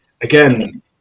again